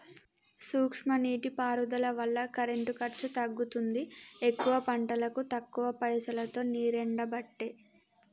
సూక్ష్మ నీటి పారుదల వల్ల కరెంటు ఖర్చు తగ్గుతుంది ఎక్కువ పంటలకు తక్కువ పైసలోతో నీరెండబట్టే